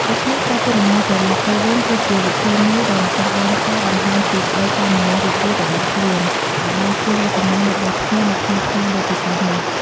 ដូច្នេះ ការជូនអំណោយត្រឡប់ទៅវិញ គឺជាវិធីមួយដែលម្ចាស់ដើមការបង្ហាញពីក្តីសោមនស្សរីករាយរបស់ខ្លួន ដែលបានឃើញវត្តមានរបស់ភ្ញៀវនៅក្នុងថ្ងៃដ៏ពិសេសនេះ។